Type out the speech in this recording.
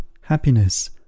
HAPPINESS